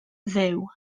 dduw